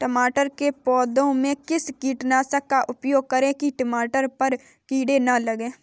टमाटर के पौधे में किस कीटनाशक का उपयोग करें कि टमाटर पर कीड़े न लगें?